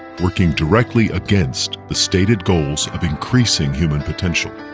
working directly against the stated goals of increasing human potential.